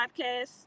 podcast